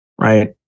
right